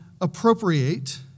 appropriate